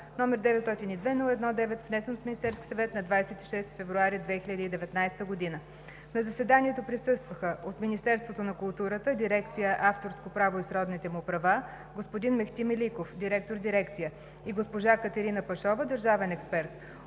№ 902-01-9, внесен от Министерския съвет на 26 февруари 2019 г. На заседанието присъстваха: от Министерството на културата, дирекция „Авторско право и сродните му права“ – господин Мехти Меликов – директор дирекция, и госпожа Катерина Пашова – държавен експерт;